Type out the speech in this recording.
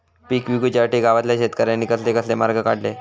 पीक विकुच्यासाठी गावातल्या शेतकऱ्यांनी कसले कसले मार्ग काढले?